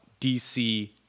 DC